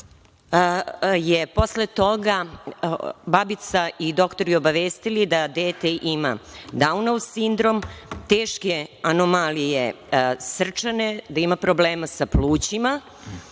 je posle toga babica i doktor obavestili da dete ima Daunov sindrom, teške anomalije srčane, da ima problema sa plućima